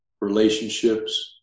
relationships